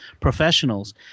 professionals